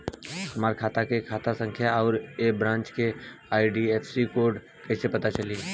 हमार खाता के खाता संख्या आउर ए ब्रांच के आई.एफ.एस.सी कोड कैसे पता चली?